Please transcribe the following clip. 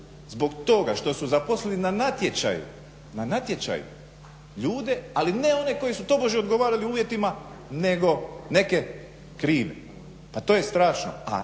zbog toga što su zaposlili na natječaju ljude ali ne one koji su tobože odgovarali uvjetima nego neke krive. Pa to je strašno! A